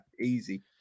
Easy